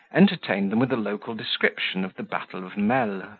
entertained them with a local description of the battle of melle.